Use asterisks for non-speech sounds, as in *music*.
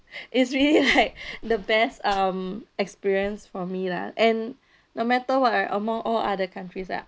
*breath* is really like *breath* the best um experience for me lah and no matter what right among all other countries that